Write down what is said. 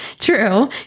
True